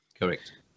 correct